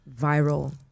viral